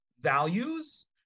values